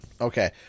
Okay